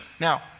Now